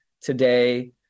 today